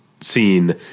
scene